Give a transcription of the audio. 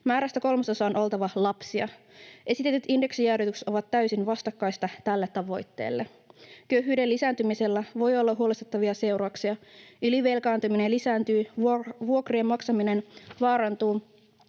Määrästä kolmasosan on oltava lapsia. Esitetyt indeksijäädytykset ovat täysin vastakkaisia tälle tavoitteelle. Köyhyyden lisääntymisellä voi olla huolestuttavia seurauksia. Ylivelkaantuminen lisääntyy, vuokrien maksaminen vaarantuu,